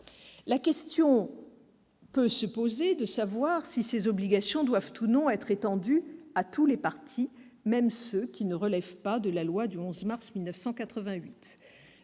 La question se pose de savoir si ces obligations doivent être ou non étendues à tous les partis, même à ceux qui ne relèvent pas de la loi du 11 mars 1988.